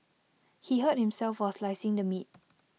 he hurt himself while slicing the meat